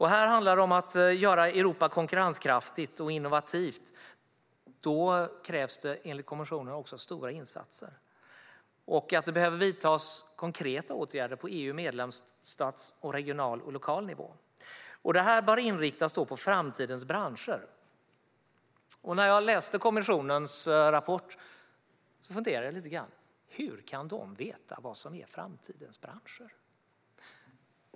Här handlar det om att göra Europa konkurrenskraftigt och innovativt, och då krävs det enligt kommissionen också stora insatser. Man menar att det behöver vidtas konkreta åtgärder på EU-nivå, medlemsstatsnivå och lokal och regional nivå och att detta bör inriktas på framtidens branscher. När jag läste kommissionens rapport funderade jag lite grann på hur kommissionen kan veta vad som är framtidens branscher.